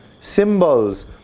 symbols